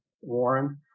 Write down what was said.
Warren